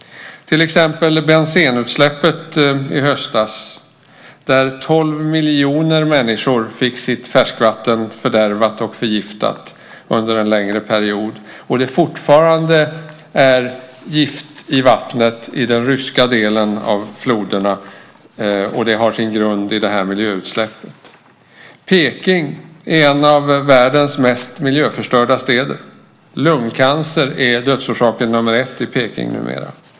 Ett exempel är bensenutsläppet i höstas, då tolv miljoner människor under en längre period fick sitt färskvatten fördärvat och förgiftat. Det finns fortfarande gift i vattnet i de ryska delarna av floderna. Det har sin grund i utsläppet av bensen. Beijing är en av världens mest miljöförstörda städer, och numera är lungcancer dödsorsak nr 1 i Beijing.